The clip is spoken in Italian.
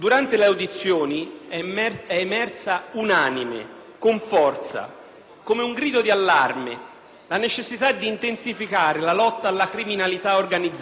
come un grido di allarme, la necessità di intensificare la lotta alla criminalità organizzata che proprio negli appalti pubblici in alcune Regioni del nostro Paese